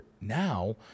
Now